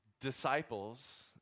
disciples